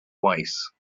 wise